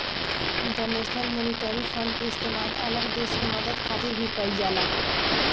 international monetary fund के इस्तेमाल अलग देश के मदद खातिर भी कइल जाला